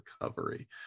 recovery